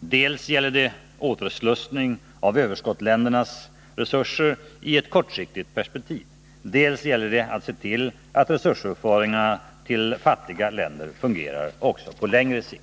Dels gäller det återslussning av överskottsländernas resurser i ett kortsiktigt perspektiv, dels gäller det att se till att resursöverföringarna till fattiga länder fungerar också på längre sikt.